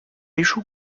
échoue